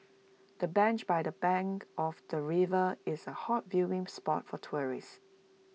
the bench by the bank of the river is A hot viewing spot for tourists